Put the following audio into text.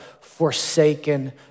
forsaken